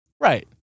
Right